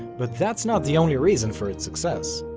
but that's not the only reason for its success.